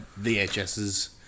VHSs